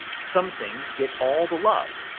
some things get all the love,